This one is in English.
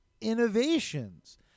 innovations